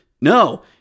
No